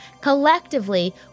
Collectively